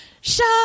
shut